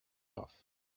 off